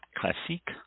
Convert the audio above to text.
Classique